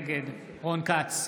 נגד רון כץ,